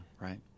right